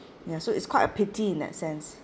ya so it's quite a pity in that sense